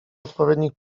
odpowiednich